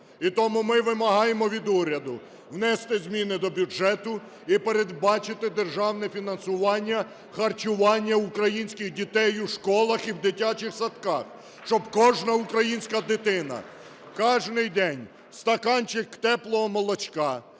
І тому ми вимагаємо від уряду внести зміни до бюджету і передбачити державне фінансування харчування українських дітей у школах і в дитячих садках, щоб кожна українська дитина кожний день стаканчик теплого молочка,